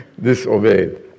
disobeyed